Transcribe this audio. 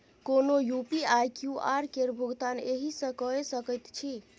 कोनो UPI QR केर भुगतान एहिसँ कए सकैत छी